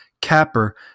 capper